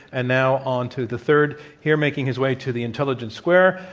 and now onto the third. here making his way to the intelligence square,